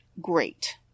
great